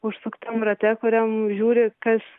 užsuktam rate kuriam žiūri kas